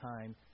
time